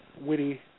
witty